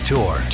Tour